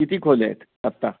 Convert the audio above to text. किती खोल्या आहेत आत्ता